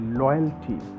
loyalty